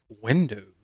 windows